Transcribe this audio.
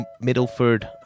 Middleford